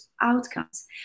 outcomes